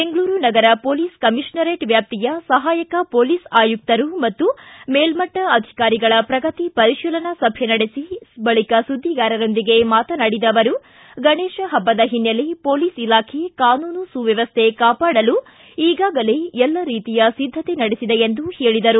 ಬೆಂಗಳೂರು ನಗರ police commissionerate ವ್ಯಾಪ್ತಿಯ ಸಹಾಯಕ ಪೊಲೀಸ್ ಆಯುಕ್ತರು ಮತ್ತು ಮೇಲಟ್ಟ ಅಧಿಕಾರಿಗಳ ಪ್ರಗತಿ ಪರಿತೀಲನಾ ಸಭೆ ನಡೆಸಿ ಬಳಿಕ ಸುದ್ದಿಗಾರರೊಂದಿಗೆ ಮಾತನಾಡಿದ ಅವರು ಗಣೇತ ಹಬ್ಬದ ಹಿನ್ನೆಲೆ ಪೊಲೀಸ್ ಇಲಾಖೆ ಕಾನೂನು ಸುವ್ಯವಸ್ಥೆ ಕಾಪಾಡಲು ಈಗಾಗಲೇ ಎಲ್ಲ ರೀತಿಯ ಸಿದ್ಧತೆ ನಡೆಸಿದೆ ಎಂದರು